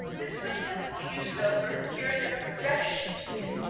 this is a typical ewe's-milker cured in a fresh sheep skin.